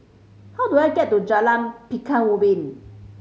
how do I get to Jalan Pekan Ubin